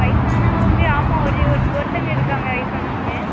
வயசானவங்க ஆமாம் ஒரே ஒரு ஒருத்தவங்க இருக்காங்க வயசானவங்க